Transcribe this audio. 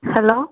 hello